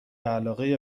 علاقه